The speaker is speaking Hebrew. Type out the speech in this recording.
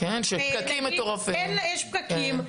יש פקקים,